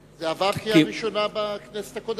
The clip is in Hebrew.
זה עבר קריאה ראשונה בכנסת הקודמת.